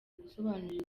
gusobanurira